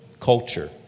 culture